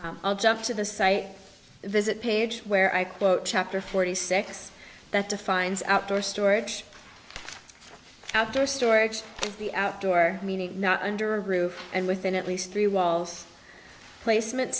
these jump to the site visit page where i quote chapter forty six that defines outdoor storage of their storage the outdoor meaning not under a roof and within at least three walls placement